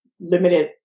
limited